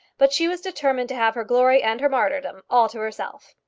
but she was determined to have her glory and her martyrdom all to herself.